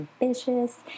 ambitious